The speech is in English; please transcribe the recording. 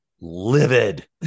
livid